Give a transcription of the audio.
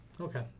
Okay